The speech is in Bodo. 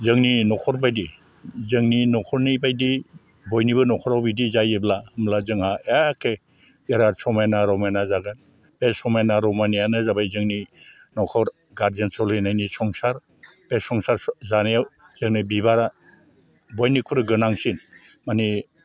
जोंनि न'खरबायदि जोंनि न'खरनि बायदि बयनिबो न'खराव बिदि जायोब्ला होमब्ला जोंहा एखे बिराथ समायना रमायना जागोन बे समायना रमायनायानो जाबाय जोंनि न'खर गारजेन सलिनायनि संसार बे संसार जानायाव दिनै बिबारा बयनिख्रुइ गोनांसिन माने